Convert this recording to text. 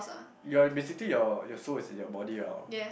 yea basically your your soul is in your body oh